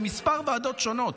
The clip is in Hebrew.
בכמה ועדות שונות,